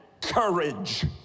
courage